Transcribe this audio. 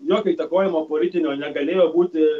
jokio įtakojimo politinio negalėjo būti